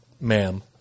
ma'am